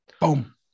Boom